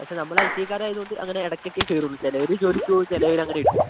പക്ഷെ നമ്മൾ I T I ക്കാരായത് കൊണ്ട് അങ്ങനെ ഇടയ്ക്കൊക്കെ കയറുള്ളൂ ചിലർ ജോലിക്ക് പോവും ചിലരങ്ങനെ എടുക്കും